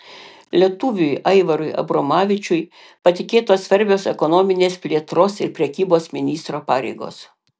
lietuviui aivarui abromavičiui patikėtos svarbios ekonominės plėtros ir prekybos ministro pareigos